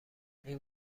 این